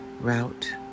route